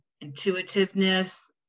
intuitiveness